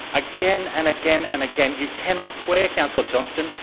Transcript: again and again and again. you cannot swear, councillor johnston.